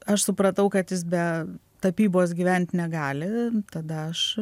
aš supratau kad jis be tapybos gyvent negali tada aš